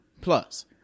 plus